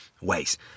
ways